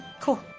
Cool